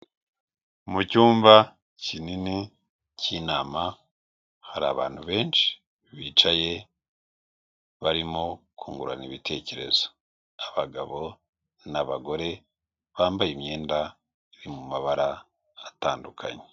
Mu cyumba kinini cy'inama hari abantu benshi bicaye barimo kungurana ibitekerezo, abagabo n'abagore bambaye imyenda iri mu mabara atandukanye.